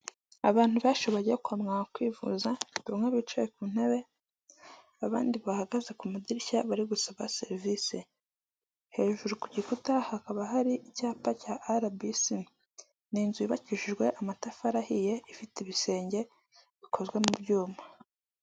Abantu benshi bajya kwamuganga kwivuza bamwe bicaye ku ntebe, abandi bahagaze ku madirishya bari gusaba serivisi. Hejuru ku gikuta hakaba hari icyapa cya arabisi. Ni inzu yubakishijwe amatafari ahiye, ifite ibisenge bikozwe mu byuma.